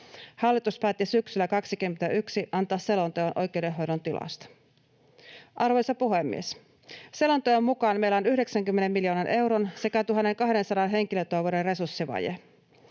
Hallitus päätti syksyllä 21 antaa selonteon oikeudenhoidon tilasta. Arvoisa puhemies! Selonteon mukaan meillä on 90 miljoonan euron sekä 1 200 henkilötyövuoden resurssivaje.